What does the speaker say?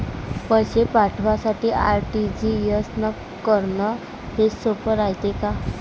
पैसे पाठवासाठी आर.टी.जी.एस करन हेच सोप रायते का?